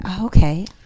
Okay